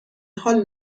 حال